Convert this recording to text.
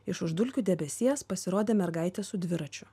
iš už dulkių debesies pasirodė mergaitė su dviračiu